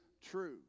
true